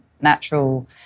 natural